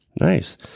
nice